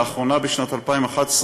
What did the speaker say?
לאחרונה בשנת 2011,